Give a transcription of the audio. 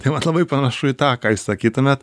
tai man labai panašu į tą ką jūs sakytumėt